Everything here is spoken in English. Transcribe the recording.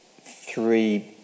three